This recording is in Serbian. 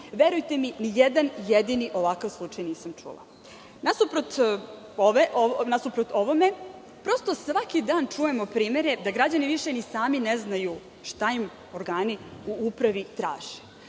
Verujte mi, ni jedan jedini ovakav slučaj nisam čula. Nasuprot ovome svaki dan čujemo primere da građani više ni sami ne znaju šta im organi u upravi traže.